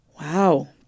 Wow